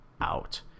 out